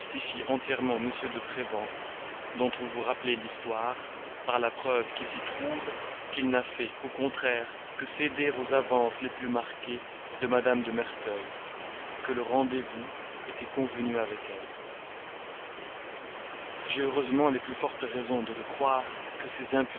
entièrement m de prévan dont vous vous rappelez l'histoire par la preuve qui s'y trouve qu'il n'a fait au contraire que céder aux avances les plus marquées de madame de merteuil que le rendez-vous était convenu avec elle j'ai heureusement les plus fortes raisons de croire que ces